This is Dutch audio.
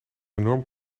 enorm